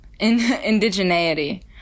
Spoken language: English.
Indigeneity